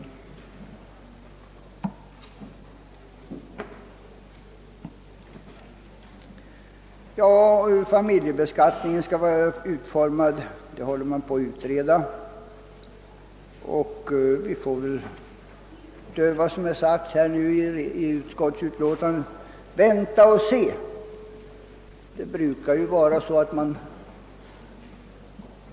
Utformningen av familjebeskattningen håller på att utredas. Vi får väl, utöver vad som framgår av utskottsutlåtandet, vänta och se vad resultatet kan bli.